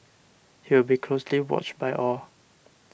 he will be closely watched by all